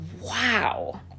wow